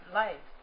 life